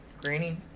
granny